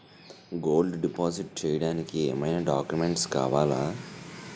Gold deposit చేయడానికి ఏమైనా documents కావాలా?